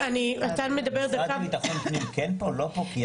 משרד בטחון הפנים כן פה או לא פה?